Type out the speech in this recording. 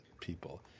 people